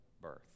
birth